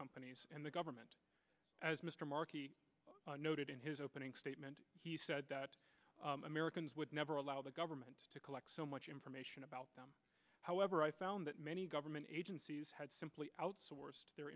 companies and the government as mr mark noted in his opening statement he said that americans would never allow the government to collect so much information about however i found that many government agencies had simply outsourced their